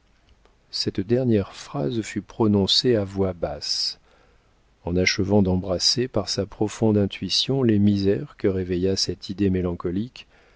cette dernière phrase fut prononcée à voix basse en achevant d'embrasser par sa profonde intuition les misères que réveilla cette idée mélancolique